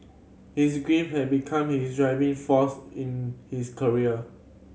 his grief had become his driving force in his career